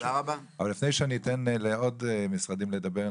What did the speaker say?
אבל לפני שאני אתן לעוד משרדים לדבר,